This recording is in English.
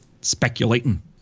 speculating